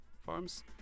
Farms